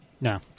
No